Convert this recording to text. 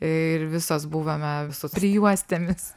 ir visos buvome su prijuostėmis